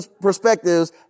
perspectives